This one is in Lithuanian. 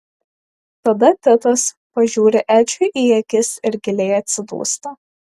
tada titas pažiūri edžiui į akis ir giliai atsidūsta